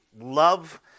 love